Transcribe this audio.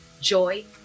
joy